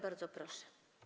Bardzo proszę.